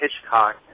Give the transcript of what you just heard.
Hitchcock